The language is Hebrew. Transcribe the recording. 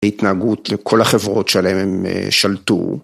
ההתנהגות לכל החברות שעליהן הם שלטו.